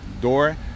door